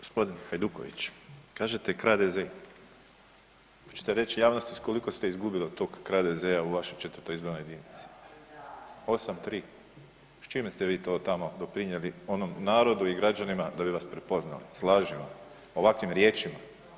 Gospodin Hajduković, kažete kradeze, hoćete reći javnosti s koliko ste izgubili od tog kradeza u vašoj 4.-toj izbornoj jedinici, 8-3. S čime ste vi to tamo doprinijeli onom narodu i građanima da bi vas prepoznali, s lažima, ovakvim riječima.